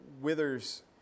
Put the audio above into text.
withers